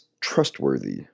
trustworthy